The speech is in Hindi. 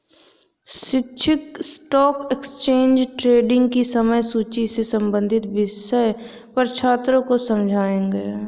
शिक्षक स्टॉक एक्सचेंज ट्रेडिंग की समय सूची से संबंधित विषय पर छात्रों को समझाएँगे